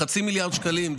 חצי מיליארד שקלים,